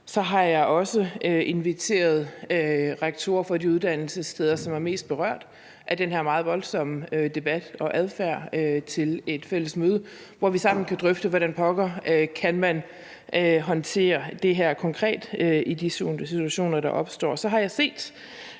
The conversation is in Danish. Så har jeg også inviteret rektorer for de uddannelsessteder, som er mest berørt af den her meget voldsomme debat og adfærd, til et fælles møde, hvor vi sammen kan drøfte, hvordan pokker man kan håndtere det her konkret i de situationer, der opstår. Så har jeg set,